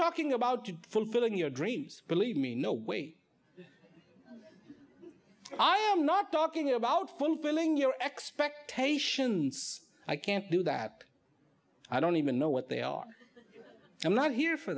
talking about fulfilling your dreams believe me no way i am not talking about fulfilling your expectations i can't do that i don't even know what they are i'm not here for